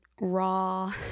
raw